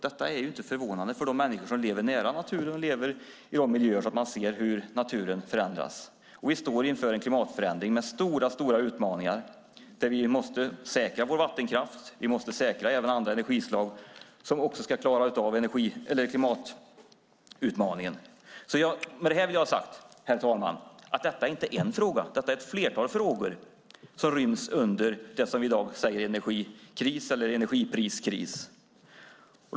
Det är ingenting förvånande för de människor som lever nära naturen och i miljöer där de ser hur naturen förändras. Vi står nu inför en klimatförändring med mycket stora utmaningar. Vi måste därför säkra vår vattenkraft och även andra energislag så att vi klarar klimatutmaningen. Med detta vill jag ha sagt, herr talman, att det inte handlar om en enda fråga. Det vi i dag benämner energikris eller energipriskris rymmer ett flertal frågor.